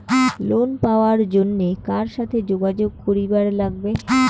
Loan পাবার জন্যে কার সাথে যোগাযোগ করিবার লাগবে?